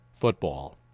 football